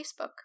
Facebook